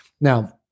Now